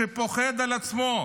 שפוחד על עצמו,